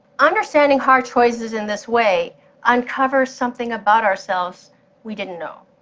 understanding hard choices in this way uncovers something about ourselves we didn't know.